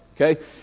Okay